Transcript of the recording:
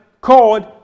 called